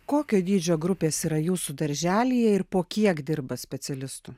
kokio dydžio grupės yra jūsų darželyje ir po kiek dirba specialistų